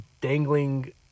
dangling